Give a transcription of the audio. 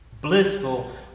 Blissful